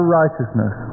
righteousness